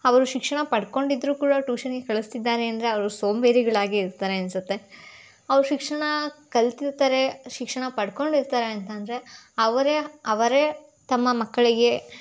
ಅವರು ಶಿಕ್ಷಣ ಪಡ್ಕೊಂಡಿದ್ರೂ ಕೂಡ ಟೂಷನಿಗೆ ಕಳಿಸ್ತಿದಾರೆ ಅಂದರೆ ಅವರು ಸೋಂಬೇರಿಗಳಾಗೇ ಇರ್ತಾರೆ ಅನ್ನಿಸುತ್ತೆ ಅವ್ರು ಶಿಕ್ಷಣ ಕಲ್ತಿರ್ತಾರೆ ಶಿಕ್ಷಣ ಪಡ್ಕೊಂಡಿರ್ತಾರೆ ಅಂತ ಅಂದರೆ ಅವರೇ ಅವರೇ ತಮ್ಮ ಮಕ್ಕಳಿಗೆ